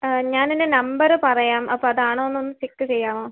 ആ ഞാൻ എൻ്റെ നമ്പറ് പറയാം അപ്പോൾ അത് ആണോ എന്ന് ഒന്ന് ചെക്ക് ചെയ്യാമോ